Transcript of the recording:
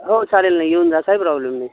हो चालेल ना येऊन जा काय प्रॉब्लेम नाही